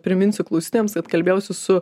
priminsiu klausytojams kad kalbėjausi su